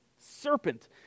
serpent